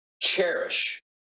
cherish